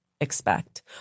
expect